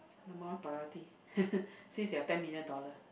number one priority since you have ten million dollars